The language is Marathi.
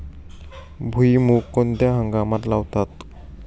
भुईमूग कोणत्या हंगामात लावतात?